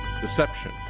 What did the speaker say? deception